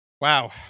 wow